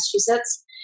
Massachusetts